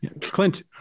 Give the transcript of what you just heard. Clint